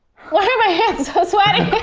why are my hands so sweaty?